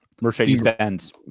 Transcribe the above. Mercedes-Benz